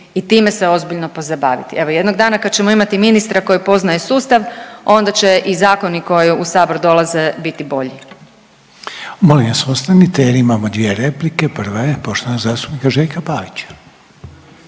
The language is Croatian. i time se ozbiljno pozabaviti. Evo jednog dana kad ćemo imati ministra koji poznaje sustav, onda će i zakoni koji u Sabor dolaze biti bolji. **Reiner, Željko (HDZ)** Molim vas ostanite, jer imamo dvije replike. Prva je poštovanog zastupnika Željka Pavića.